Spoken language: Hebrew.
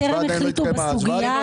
הם טרם החליטו בסוגייה.